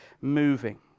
moving